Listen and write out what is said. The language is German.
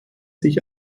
sich